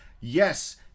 Yes